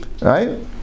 right